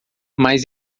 mas